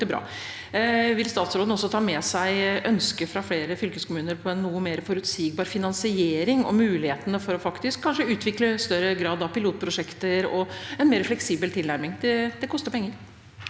Vil statsråden også ta med seg ønsket fra flere fylkeskommuner om en noe mer forutsigbar finansiering, og mulighetene for å utvikle større grad av pilotprosjekter og en mer fleksibel tilnærming? Det koster penger.